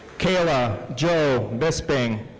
kayla jo bisping.